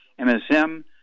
MSM